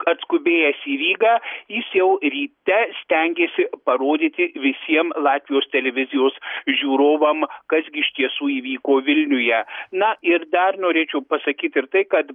atskubėjęs rygą jis jau ryte stengėsi parodyti visiem latvijos televizijos žiūrovam kas gi iš tiesų įvyko vilniuje na ir dar norėčiau pasakyt ir tai kad